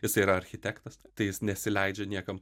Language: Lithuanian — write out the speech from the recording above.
jisai yra architektas tai jis nesileidžia niekam